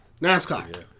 NASCAR